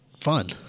fun